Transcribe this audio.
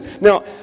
now